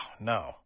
no